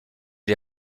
les